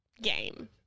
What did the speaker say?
game